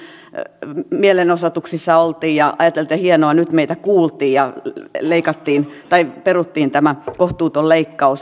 juuri kun mielenosoituksissa oltiin ja ajateltiin että hienoa nyt meitä kuultiin ja peruttiin tämä kohtuuton leikkaus